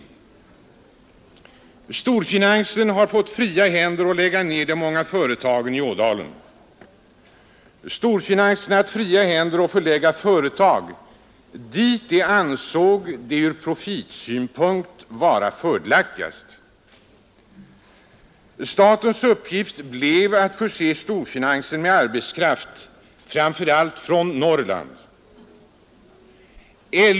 Storfinansen har fått fria händer att lägga ned de många företagen i Ådalen. Storfinansen har också haft fria händer att förlägga företag dit man ansåg det ur profitsynpunkt vara fördelaktigast. Statens uppgift blev att förse storfinansen med arbetskraft, framför allt från Norrland.